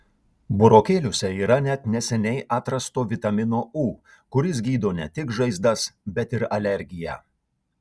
burokėliuose yra net neseniai atrasto vitamino u kuris gydo ne tik žaizdas bet ir alergiją